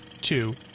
two